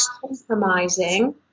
compromising